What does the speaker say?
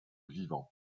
vivant